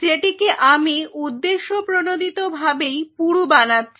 যেটিকে আমি উদ্দেশ্যপ্রণোদিতভাবেই পুরু বানাচ্ছি